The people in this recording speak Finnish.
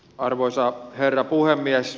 arvoisa herra puhemies